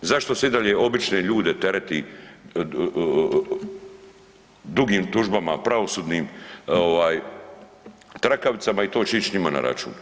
Zašto se i dalje obične ljude tereti dugim tužbama, pravosudnim ovaj trakavicama i to će ić njima na račun?